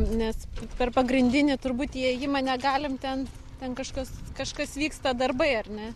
nes per pagrindinį turbūt įėjimą negalim ten ten kažkas kažkas vyksta darbai ar ne